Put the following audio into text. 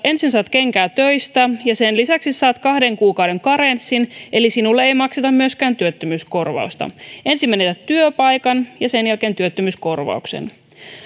ensin saat kenkää töistä ja sen lisäksi saat kahden kuukauden karenssin eli sinulle ei makseta myöskään työttömyyskorvausta ensin menetät työpaikan ja sen jälkeen työttömyyskorvauksen